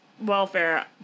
welfare